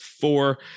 four